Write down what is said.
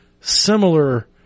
similar